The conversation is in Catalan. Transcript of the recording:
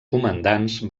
comandants